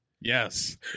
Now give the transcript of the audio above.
Yes